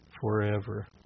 forever